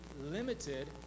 limited